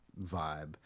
vibe